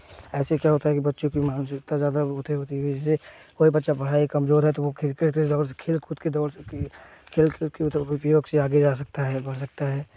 इससे क्या होता है कि बच्चों की मानसिकता ज़्यादा कोई बच्चा पढ़ाई में कमज़ोर है तो वह क्रिकेट और खेल कूद उपयोग से आगे जा सकता है बढ़ सकता है